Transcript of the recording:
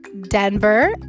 Denver